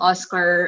Oscar